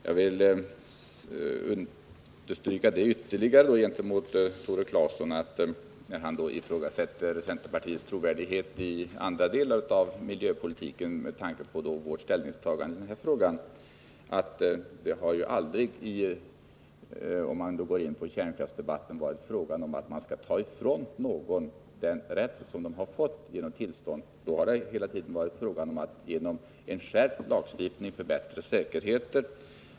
Jag vill understryka ytterligare en sak för Tore Claeson, eftersom han ifrågasätter centerpartiets trovärdighet i andra delar av miljöpolitiken med tanke på vårt ställningstagande i denna fråga. Om vi går in på kärnkraftsdebatten, så har det aldrig varit fråga om att ta ifrån någon den rätt de har fått genom tillstånd, utan då har det hela tiden varit fråga om att genom en skärpt lagstiftning förbättra säkerheten.